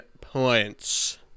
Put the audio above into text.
points